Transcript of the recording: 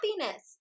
happiness